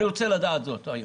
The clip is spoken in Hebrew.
אני רוצה לדעת זאת היום.